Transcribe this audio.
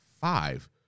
five